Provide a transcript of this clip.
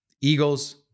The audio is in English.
Eagles